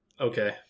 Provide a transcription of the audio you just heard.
Okay